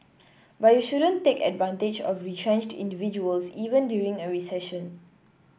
but you shouldn't take advantage of retrenched individuals even during a recession